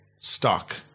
stuck